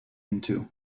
into